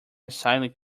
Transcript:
aside